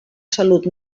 salut